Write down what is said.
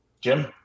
jim